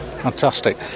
fantastic